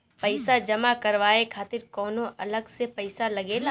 पईसा जमा करवाये खातिर कौनो अलग से पईसा लगेला?